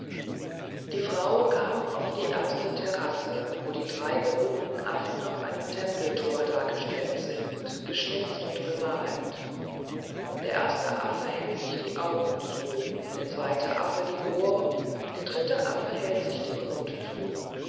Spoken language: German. die frau kam auf die erste terrasse wo die drei berühmten affen auf einem tempeltor dargestellt sind geschnitzt und bemalt der erste affe hält sich die augen zu der zweite affe die ohren der dritte affe hält sich den mund zu